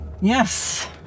Yes